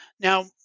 Now